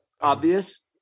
Obvious